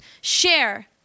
share